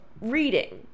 reading